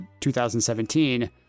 2017